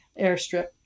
airstrip